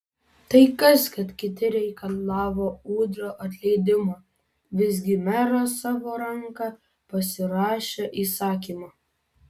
tai kas kad kiti reikalavo udrio atleidimo visgi meras savo ranka pasirašė įsakymą